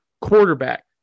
quarterback